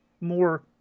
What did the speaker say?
more